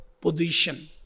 position